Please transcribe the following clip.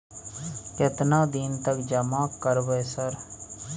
केतना दिन तक जमा करबै सर?